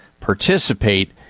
participate